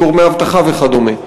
גורמי אבטחה וכדומה.